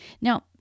Now